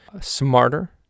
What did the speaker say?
smarter